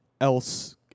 else